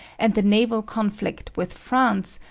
and the naval conflict with france,